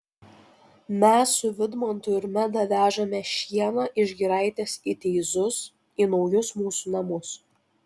mes su vidmantu ir meda vežame šieną iš giraitės į teizus į naujus mūsų namus